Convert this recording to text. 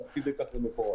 עד כדי כך זה מפורט.